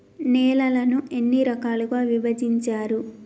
నేలలను ఎన్ని రకాలుగా విభజించారు?